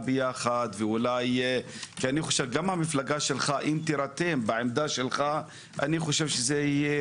יחד כי גם המפלגה שלך אם תירתם בעמדה שלך אני חושב שזה יהיה